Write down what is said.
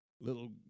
little